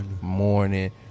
morning